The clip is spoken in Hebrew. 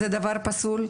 זה דבר פסול,